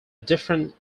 different